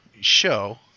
show